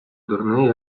дурний